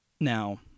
Now